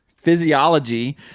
Physiology